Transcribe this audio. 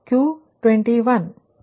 ಆದ್ದರಿಂದ ನೀವು 14